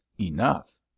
enough